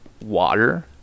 water